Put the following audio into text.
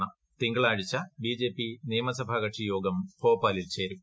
ഈ തിങ്കളാഴ്ച ബിജെപി നിയമസഭാകക്ഷിയോഗം ഭോപ്പാലിൽ പ്പേരും